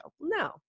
No